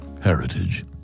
Heritage